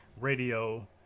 Radio